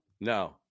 no